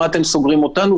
למה אתם סוגרים אותנו?